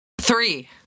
Three